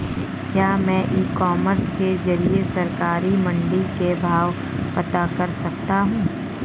क्या मैं e commerce के ज़रिए सरकारी मंडी के भाव पता कर सकता हूँ?